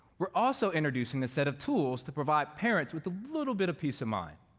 we're also introducing a set of tools to provide parents with a little bit of peace of mind.